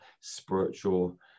spiritual